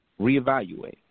reevaluate